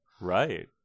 Right